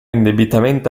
indebitamente